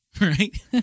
right